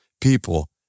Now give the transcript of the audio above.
people